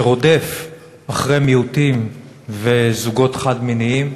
שרודף אחרי מיעוטים וזוגות חד-מיניים,